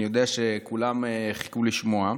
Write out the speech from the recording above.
אני יודע שכולם חיכו לשמוע.